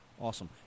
Awesome